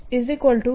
Dfree હતું